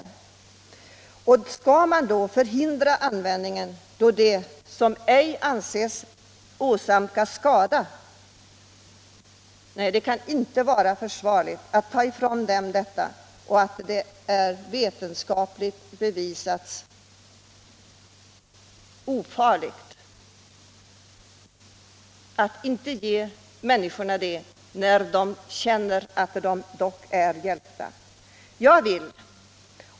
Skall — tionella behandman då förhindra användningen av något som inte anses åsamka skada? = lingsmetoder inom Nej, det kan inte vara försvarligt att ta ifrån människor THX när det = sjukvården, m.m. vetenskapligt har bevisats vara ofarligt, att inte ge människor THX när de känner att de är hjälpta av det.